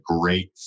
great